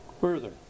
further